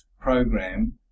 program